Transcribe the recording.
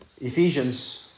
Ephesians